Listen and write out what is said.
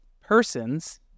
persons